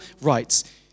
rights